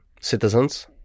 citizens